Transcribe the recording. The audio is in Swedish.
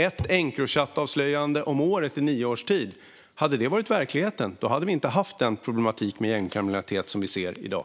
Ett Encrochat-avslöjande om året i nio års tid - hade det varit verklighet hade vi inte haft den problematik med gängkriminalitet som vi ser i dag.